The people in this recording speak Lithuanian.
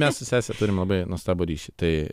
mes su sese turim labai nuostabų ryšį tai